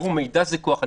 מידע זה כוח.